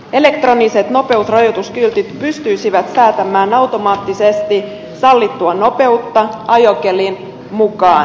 elektroniset nopeusrajoituskyltit pystyisivät säätämään automaattisesti sallittua nopeutta ajokelin mukaan